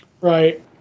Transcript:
Right